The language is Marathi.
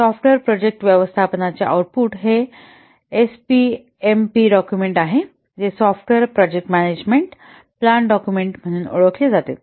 सॉफ्टवेअर प्रोजेक्ट व्यवस्थापनाचे आउटपुट हे एसपीएमपी डॉक्युमेंट आहे जे software project management plan document म्हणून ओळखले जाते